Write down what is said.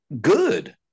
good